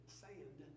sand